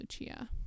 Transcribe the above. Lucia